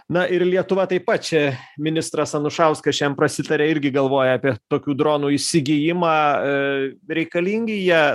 na ir lietuva taip pat čia ministras anušauskas šian prasitarė irgi galvoja apie tokių dronų įsigijimą reikalingi jie